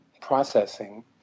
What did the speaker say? processing